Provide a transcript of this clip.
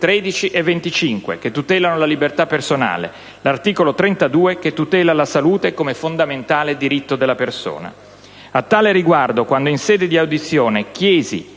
13 e 25 che tutelano la libertà personale e l'articolo 32 che tutela la salute come fondamentale diritto della persona. A tale riguardo, quando in sede di audizione chiesi